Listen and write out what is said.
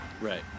right